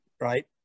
right